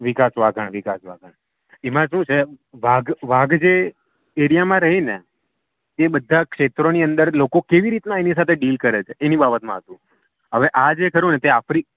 વિકાસ વાઘણ વિકાસ વાઘણ એમાં શું છે વાઘ વાઘ જે એરિયામાં રહે ને એ બધાં ક્ષેત્રોની અંદર લોકો કેવી રીતના એની સાથે ડીલ કરે છે એની બાબતમાં હતું હવે આ જે ખરું ને તે આફ્રી